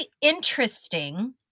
interesting